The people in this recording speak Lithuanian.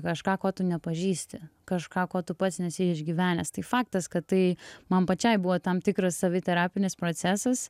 kažką ko tu nepažįsti kažką ko tu pats nesi išgyvenęs tai faktas kad tai man pačiai buvo tam tikras saviterapinis procesas